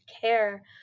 care